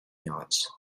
yachts